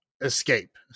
escape